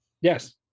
Yes